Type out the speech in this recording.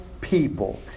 people